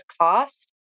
cost